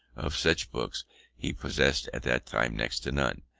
of such books he possessed at that time next to none,